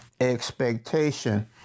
expectation